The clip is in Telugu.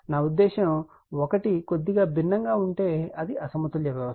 నా ఉద్దేశ్యం ఒకటి కొద్దిగా భిన్నంగా ఉంటే అది అసమతుల్య వ్యవస్థ